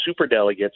superdelegates